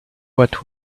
what